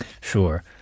Sure